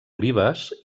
olives